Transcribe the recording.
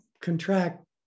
contract